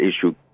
issue